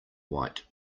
white